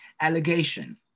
allegation